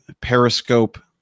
periscope